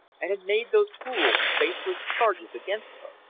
and had made those cruel, baseless charges against her!